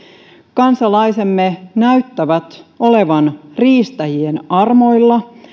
kansalaisemme näyttävät olevan riistäjien armoilla